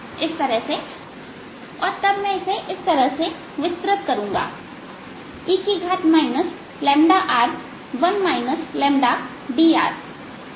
इस तरह से और तब मैं इसे इस तरह विस्तृत करूंगा e r और फिर अधिक घात के पद